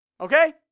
Okay